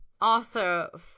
Arthur